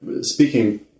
speaking